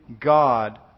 God